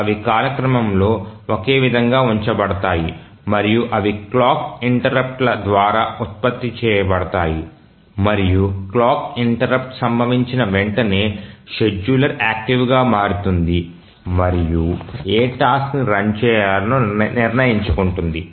అవి కాలక్రమంలో ఒకే విధంగా ఉంచబడతాయి మరియు అవి క్లాక్ ఇంటెర్రుప్ట్ల ద్వారా ఉత్పత్తి చేయబడతాయి మరియు క్లాక్ ఇంటెర్రుప్ట్ సంభవించిన వెంటనే షెడ్యూలర్ యాక్టివ్గా మారుతుంది మరియు ఏ టాస్క్ ని రన్ చేయాలో నిర్ణయించుకుంటుంది